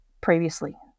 previously